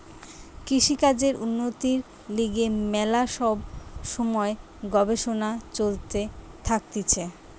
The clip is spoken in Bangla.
কৃষিকাজের উন্নতির লিগে ম্যালা সব সময় গবেষণা চলতে থাকতিছে